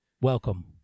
Welcome